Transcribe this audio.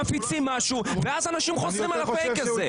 מפיצים משהו ואז אנשים חוזרים על ה-פייק הזה.